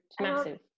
massive